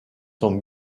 sont